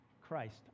christ